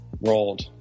Rolled